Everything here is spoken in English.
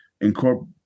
incorporate